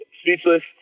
speechless